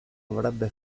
avrebbe